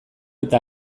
eta